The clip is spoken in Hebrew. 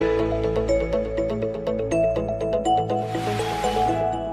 ‫